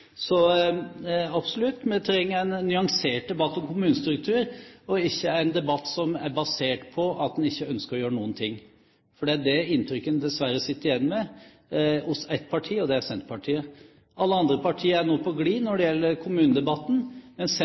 Så absolutt, vi trenger en nyansert debatt om kommunestruktur, og ikke en debatt som er basert på at en ikke ønsker å gjøre noen ting. Det er det inntrykket en dessverre sitter igjen med av ett parti, og det er Senterpartiet. Alle andre partier er nå på glid når det gjelder kommunedebatten,